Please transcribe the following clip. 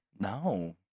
No